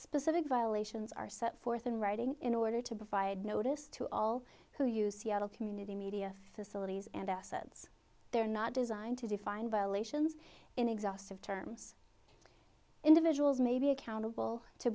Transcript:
specific violations are set forth in writing in order to provide notice to all who use seattle community media facilities and assets they are not designed to define violations in exhaustive terms individuals may be accountable to